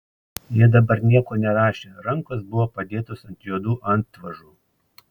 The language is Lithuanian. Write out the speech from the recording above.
jie dabar nieko nerašė rankos buvo padėtos ant juodų antvožų